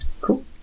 cool